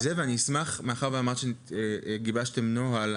מאחר ואמרת שגיבשתם נוהל,